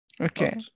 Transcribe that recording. Okay